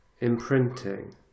imprinting